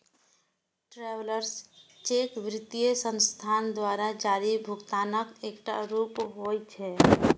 travellers cheque वित्तीय संस्थान द्वारा जारी भुगतानक एकटा रूप होइ छै